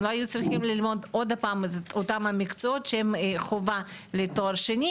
הם לא היו צריכים ללמוד עוד פעם את אותם מקצועות החובה לתואר שני.